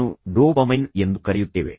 ಅದನ್ನು ಡೋಪಮೈನ್ ಎಂದು ಕರೆಯುತ್ತೇವೆ